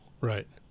Right